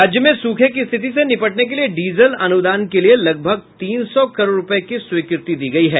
राज्य में सूखे की स्थिति से निपटने के लिए डीजल अनुदान के लिए लगभग तीन सौ करोड़ रुपये की स्वीकृत दी गयी है